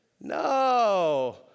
no